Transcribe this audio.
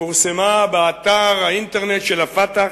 פורסמה באתר האינטרנט של ה"פתח"